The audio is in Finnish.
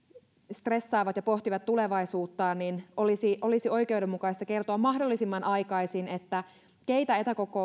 stressaavat ja pohtivat tulevaisuuttaan niin olisi olisi oikeudenmukaista kertoa mahdollisimman aikaisin keitä